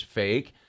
fake